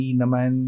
naman